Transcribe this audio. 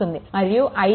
మరియు i3 1